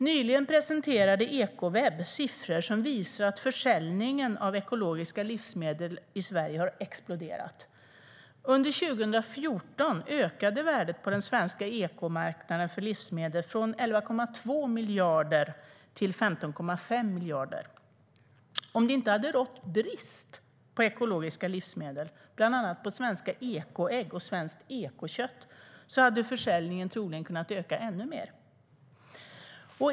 Nyligen presenterade Ekoweb siffror som visar att försäljningen av ekologiska livsmedel i Sverige har exploderat. Under 2014 ökade värdet på den svenska ekomarknaden för livsmedel från 11,2 miljarder till 15,5 miljarder. Om det inte hade rått brist på ekologiska livsmedel, bland annat på svenska ekoägg och svenskt ekokött, hade försäljningen troligen kunnat öka ännu mer.